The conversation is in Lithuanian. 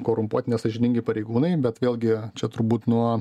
korumpuoti nesąžiningi pareigūnai bet vėlgi čia turbūt nuo